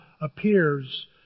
Appears